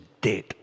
dead